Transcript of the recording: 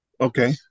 Okay